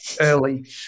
early